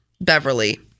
Beverly